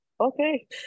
Okay